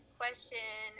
question